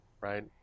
right